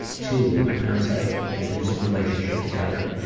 two, my parents had an abusive relationship together.